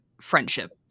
friendship